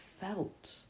felt